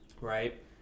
right